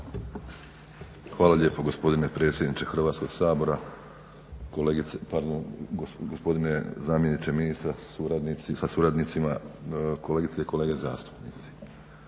Hvala lijepo gospodine predsjedniče Hrvatskog sabora. Gospodine zamjeniče ministra sa suradnicima, kolegice i kolege zastupnici.